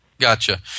Gotcha